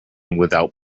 without